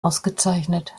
ausgezeichnet